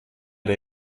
der